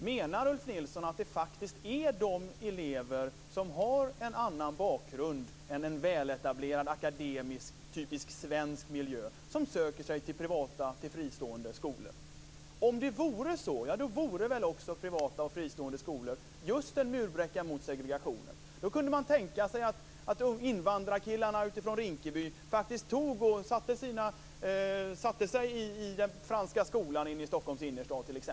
Menar Ulf Nilsson att det faktiskt är de elever som har en annan bakgrund än en väletablerad akademisk, typisk svensk miljö som söker sig till fristående skolor? Om det vore så då vore väl också privata och fristående skolor just en murbräcka mot segregationen. Då kunde man tänka sig att invandrarkillarna från Rinkeby faktiskt satte sig i Franska skolan i Stockholms innerstad.